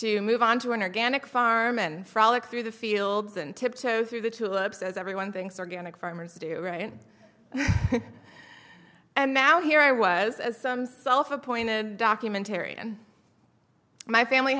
to move onto an organic farm and frolic through the fields and tiptoe through the tulips as everyone thinks organic farmers do right and now here i was as some self appointed documentarian my family